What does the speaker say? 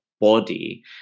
body